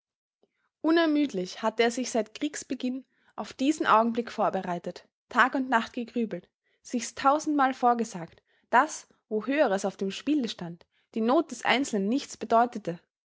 unermüdlich hatte er sich seit kriegsbeginn auf diesen augenblick vorbereitet tag und nacht gegrübelt sich's tausendmal vorgesagt daß wo höheres auf dem spiele stand die not des einzelnen nichts bedeutete